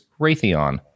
Raytheon